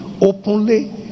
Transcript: openly